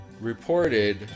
reported